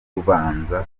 kubanza